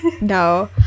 No